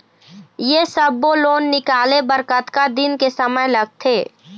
ये सब्बो लोन निकाले बर कतका दिन के समय लगथे?